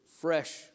fresh